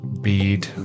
bead